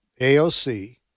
AOC